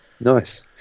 Nice